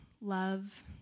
love